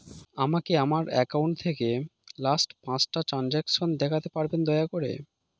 আমাকে আমার অ্যাকাউন্ট থেকে লাস্ট পাঁচটা ট্রানজেকশন দেখাতে পারবেন দয়া করে